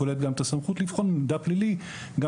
כוללת גם את הסמכות לבחון מידע פלילי גם